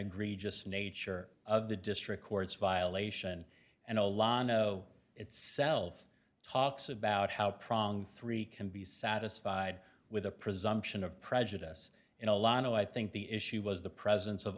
egregious nature of the district court's violation and a law no itself talks about how prong three can be satisfied with a presumption of prejudice in a lot of i think the issue was the presence of